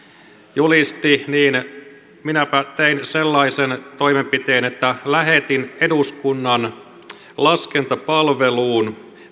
julisti niin minäpä tein sellaisen toimenpiteen että lähetin eduskunnan laskentapalveluun